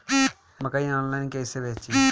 मकई आनलाइन कइसे बेची?